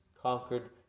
conquered